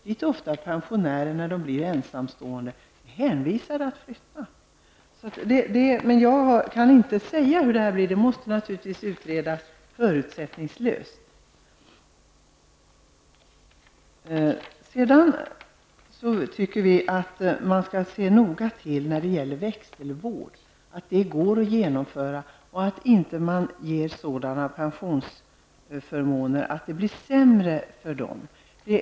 Dit blir ofta pensionärer hänvisade att flytta när de blir ensamstående. Men jag kan inte säga hur det skall bli; det måste naturligtvis utredas förutsättningslöst. Sedan tycker vi att man noga skall se till att växelvård går att genomföra, och att man inte ger sådana pensionsförmåner att det blir sämre för dem som får växelvård.